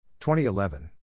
2011